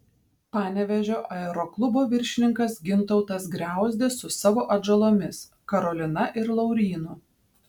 panevėžio aeroklubo viršininkas gintautas griauzdė su savo atžalomis karolina ir laurynu